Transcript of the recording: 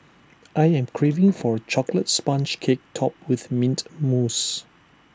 I am craving for A Chocolate Sponge Cake Topped with Mint Mousse